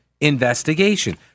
investigation